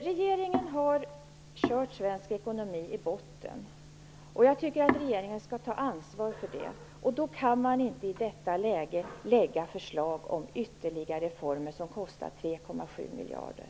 Regeringen har kört svensk ekonomi i botten, och jag tycker att regeringen skall ta ansvar för det. Då kan man inte i detta läge lägga fram förslag om ytterligare reformer, som kostar 3,7 miljarder.